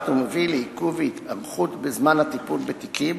ומביא לעיכוב ולהתארכות בזמן הטיפול בתיקים,